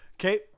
Okay